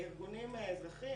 ארגונים אזרחיים,